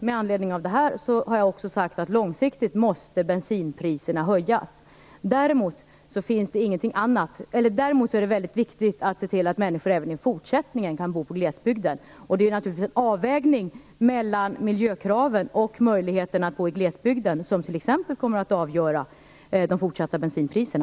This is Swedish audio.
Med anledning av detta har jag också sagt att bensinpriserna långsiktigt måste höjas. Däremot är det väldigt viktigt att se till att människor även i fortsättningen kan bo i glesbygden. Det är naturligtvis en avvägning mellan miljökraven och möjligheterna att bo i glesbygden som t.ex. kommer att avgöra de fortsatta bensinpriserna.